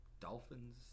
Dolphins